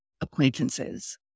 acquaintances